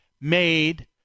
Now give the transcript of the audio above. made